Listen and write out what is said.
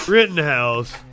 Rittenhouse